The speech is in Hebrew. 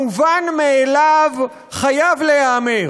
המובן מאליו חייב להיאמר: